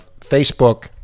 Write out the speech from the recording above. Facebook